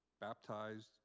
baptized